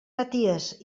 maties